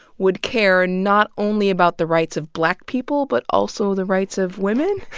would care not only about the rights of black people but also the rights of women?